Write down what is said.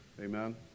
Amen